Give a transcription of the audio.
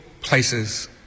places